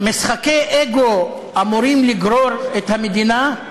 משחקי אגו אמורים לגרור את המדינה?